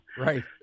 right